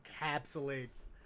encapsulates